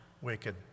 wicked